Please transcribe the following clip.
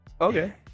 okay